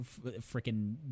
freaking